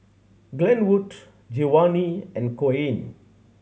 Glenwood Giovani and Coen